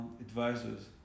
advisors